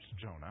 Jonah